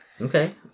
Okay